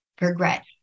regret